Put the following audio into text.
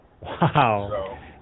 Wow